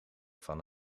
van